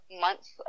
months